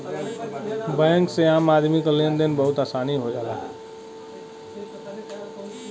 bank से आम आदमी क लेन देन में बहुत आसानी हो जाला